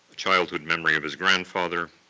childhood memory of his grandfather,